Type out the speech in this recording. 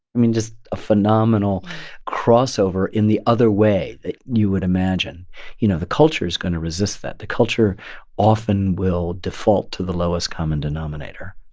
i mean, just a phenomenal crossover in the other way that you would imagine you know, the culture is going to resist that. the culture often will default to the lowest common denominator,